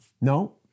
No